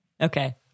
Okay